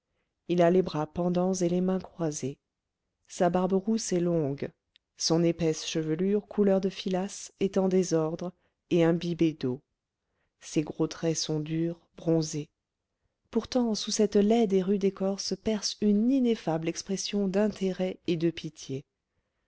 il a les bras pendants et les mains croisées sa barbe rousse est longue son épaisse chevelure couleur de filasse est en désordre et imbibée d'eau ses gros traits sont durs bronzés pourtant sous cette laide et rude écorce perce une ineffable expression d'intérêt et de pitié